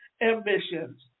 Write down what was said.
ambitions